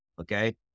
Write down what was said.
Okay